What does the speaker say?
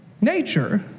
nature